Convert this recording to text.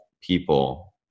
people